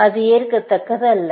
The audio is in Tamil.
அது ஏற்கத்தக்கதல்ல